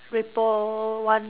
ripple one